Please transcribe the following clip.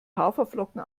haferflocken